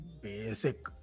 basic